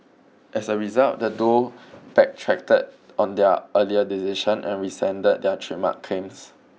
as a result the duo backtracked on their earlier decision and rescinded their trademark claims